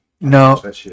No